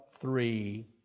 three